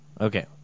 Okay